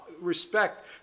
respect